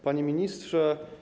Panie Ministrze!